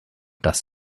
das